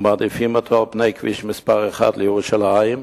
ומעדיפים אותו על כביש 1 לירושלים,